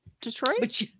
detroit